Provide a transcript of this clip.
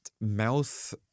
mouth